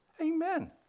amen